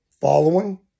following